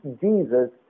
Jesus